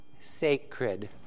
sacred